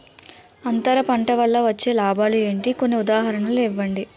అంతర పంట వల్ల వచ్చే లాభాలు ఏంటి? కొన్ని ఉదాహరణలు ఇవ్వండి?